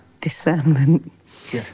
discernment